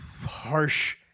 harsh